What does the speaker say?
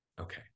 Okay